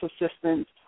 assistance